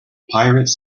pirates